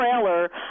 trailer